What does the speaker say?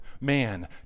man